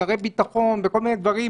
שרי ביטחון וכל מיני דברים,